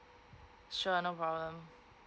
sure no problem